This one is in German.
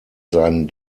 seinen